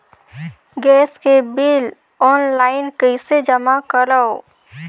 Gas के bill online कइसे जमा करव?